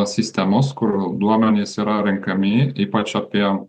sistemos kur duomenys yra renkami ypač apie